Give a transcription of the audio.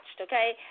okay